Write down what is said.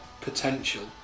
potential